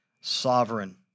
sovereign